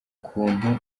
kuntu